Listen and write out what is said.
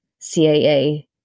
CAA